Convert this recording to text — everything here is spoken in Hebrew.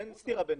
אין סתירה ביניהם.